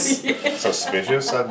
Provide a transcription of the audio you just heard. Suspicious